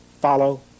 follow